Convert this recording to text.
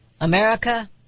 America